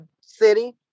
city